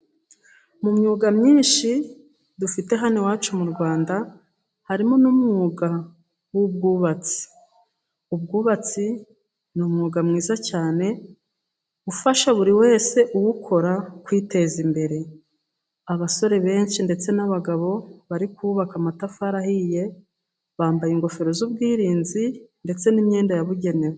Mu myuga myinshi dufite hano iwacu mu Rwanda harimo n'umwuga w'ubwubatsi. Ubwubatsi ni umwuga mwiza cyane ufasha buri wese uwukora kwiteza imbere, abasore benshi ndetse n'abagabo bari kubaka amatafari ahiye bambaye ingofero z'ubwirinzi ndetse n'imyenda yabugenewe.